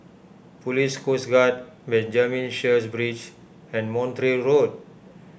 Police Coast Guard Benjamin Sheares Bridge and Montreal Road